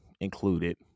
included